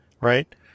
Right